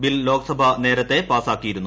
bill Lok Sabha നേരത്തെ പാസാക്കിയിരുന്നു